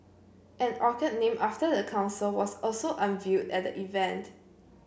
an orchid named after the council was also unveiled at the event